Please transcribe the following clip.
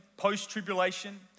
post-tribulation